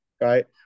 right